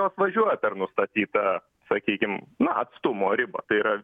apvažiuoja per nustatytą sakykim na atstumo ribą tai yra